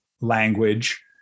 language